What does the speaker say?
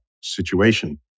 situation